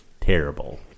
terrible